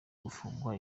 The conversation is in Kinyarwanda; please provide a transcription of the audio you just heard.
gufungwa